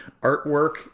artwork